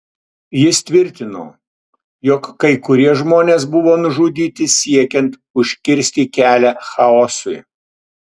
jis tvirtino jog kai kurie žmonės buvo nužudyti siekiant užkirsti kelią chaosui